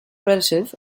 relative